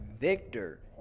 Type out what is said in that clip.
Victor